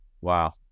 Wow